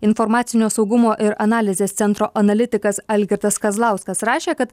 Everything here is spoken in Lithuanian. informacinio saugumo ir analizės centro analitikas algirdas kazlauskas rašė kad